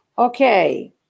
Okay